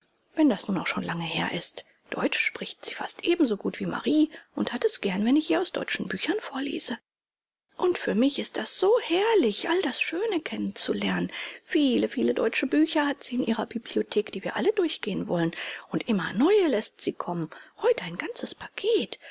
wenn das nun auch schon lange her ist deutsch spricht sie fast ebensogut wie marie und hat es gern wenn ich ihr aus deutschen büchern vorlese und für mich ist das so herrlich all das schöne kennenzulernen viele viele deutsche bücher hat sie in ihrer bibliothek die wir alle durchgehen wollen und immer neue läßt sie kommen heute ein ganzes paket